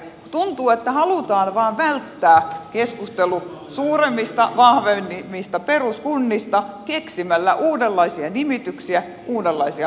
tuntuu että halutaan vain välttää keskustelu suuremmista vahvemmista peruskunnista keksimällä uudenlaisia nimityksiä uudenlaisia malleja